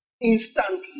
Instantly